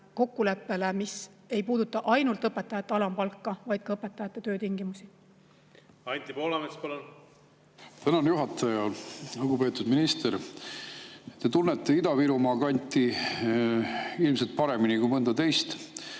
kokkuleppele, mis ei puuduta ainult õpetajate alampalka, vaid ka õpetajate töötingimusi. Anti Poolamets, palun! Tänan, juhataja! Lugupeetud minister! Te tunnete Ida-Virumaa kanti ilmselt paremini kui mõnda teist